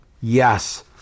yes